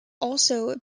also